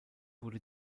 wurde